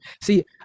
see